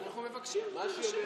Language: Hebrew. אנחנו מבקשים להירשם.